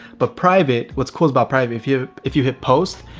but private, what's cool about private, if you if you hit post,